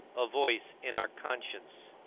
a voice in our conscience,